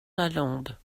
lalande